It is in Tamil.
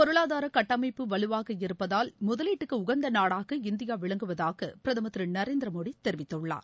பொருளாதாரகட்டமைப்பு வலுவாக இருப்பதால் முதலீட்டுக்குஉகந்தநாடாக இந்தியாவிளங்குவதாகபிரதமர் திருநரேந்திரமோடிதெரிவித்துள்ளார்